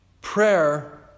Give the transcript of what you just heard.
Prayer